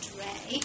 ray